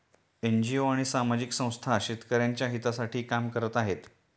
NGO आणि सामाजिक संस्था शेतकऱ्यांच्या हितासाठी काम करत आहेत